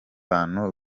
bantu